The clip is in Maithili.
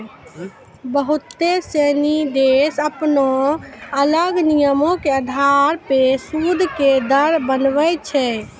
बहुते सिनी देश अपनो अलग नियमो के अधार पे सूद के दर बनाबै छै